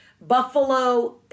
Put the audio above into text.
buffalo